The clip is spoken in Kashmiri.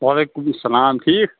وعلیکُم اسلام ٹھیٖک